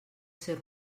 ser